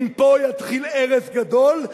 אם פה יתחיל הרס גדול,